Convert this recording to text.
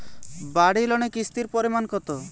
বাড়ি লোনে কিস্তির পরিমাণ কত?